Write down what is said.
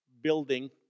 building